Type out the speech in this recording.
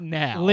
now